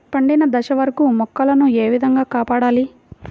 పండిన దశ వరకు మొక్కల ను ఏ విధంగా కాపాడాలి?